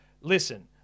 listen